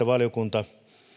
valiokunta